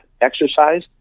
exercise